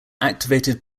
activated